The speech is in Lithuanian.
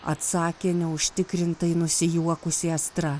atsakė neužtikrintai nusijuokusi astra